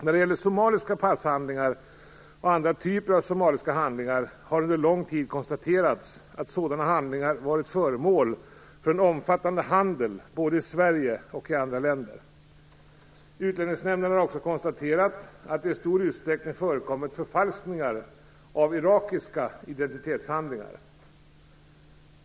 När det gäller somaliska passhandlingar och andra typer av somaliska handlingar har det under lång tid konstaterats att sådana handlingar varit föremål för en omfattande handel både i Sverige och i andra länder. Utlänningsnämnden har också konstaterat att det i stor utsträckning förekommit förfalskningar av irakiska identitetshandlingar.